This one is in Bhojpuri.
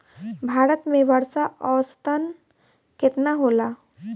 भारत में वर्षा औसतन केतना होला?